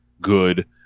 good